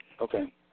Okay